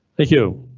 thank you.